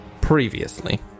Previously